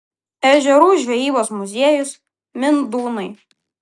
ežerų žvejybos muziejus mindūnai